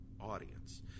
audience